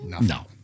No